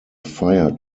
fire